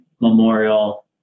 memorial